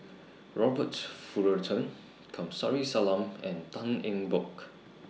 Robert Fullerton Kamsari Salam and Tan Eng Bock